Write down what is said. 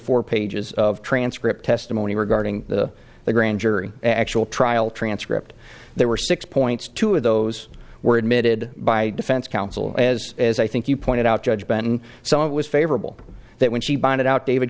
four pages of transcript testimony regarding the the grand jury actual trial transcript there were six points two of those were admitted by defense counsel as as i think you pointed out judge been so it was favorable that when she bonded out david